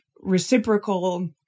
reciprocal